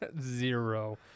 Zero